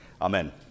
Amen